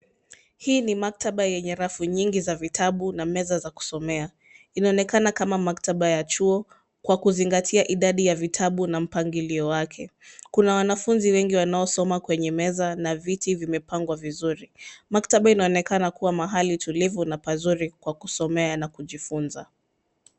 Hii ni maktaba yenye rafu nyingi za vitabu na meza za kusomea. Inaonekana kama maktaba ya chuo kwa kuzingatia idadi ya vitabu na mpangilio wake. Kuna wanafunzi wengi wanaosoma kwenye meza na viti vimepangwa vizuri. Maktaba inaonekana kuwa mahali tulivu na pazuri kwa kusomea na kujifunza.